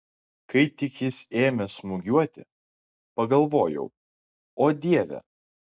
kai tik jis ėmė smūgiuoti pagalvojau o dieve